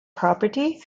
property